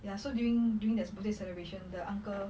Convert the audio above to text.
ya so during during the birthday celebration the uncle